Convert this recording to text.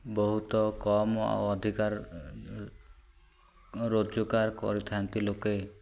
ବହୁତ କମ ଆଉ ଅଧିକାର ରୋଜଗାର କରିଥାନ୍ତି ଲୋକେ